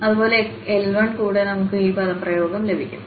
അതുപോലെ L1 കൂടെ നമുക്ക് ഈ പദപ്രയോഗം ലഭിക്കും